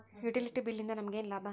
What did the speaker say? Utility bill ನಿಂದ್ ನಮಗೇನ ಲಾಭಾ?